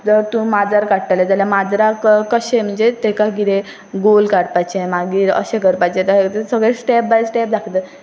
जर तूं माजर काडटलें जाल्यार माजराक कशें म्हणजे तेका कितें गोल काडपाचें मागीर अशें करपाचें तशें करपा सगळें स्टेप बाय स्टेप दाखयता